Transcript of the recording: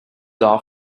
are